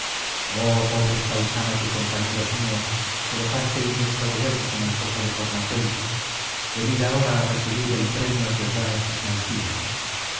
oh pobres paisanos y compañeros míos que dejasteis vuestros huesos en el foso de cornatel venid ahora a recibir el premio que os dan estos